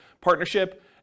partnership